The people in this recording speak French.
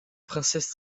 princesse